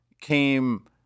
came